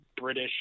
British